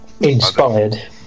Inspired